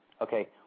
Okay